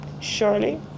Surely